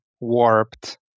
warped